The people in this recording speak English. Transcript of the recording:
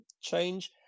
change